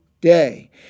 day